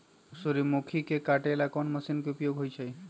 सूर्यमुखी के काटे ला कोंन मशीन के उपयोग होई छइ?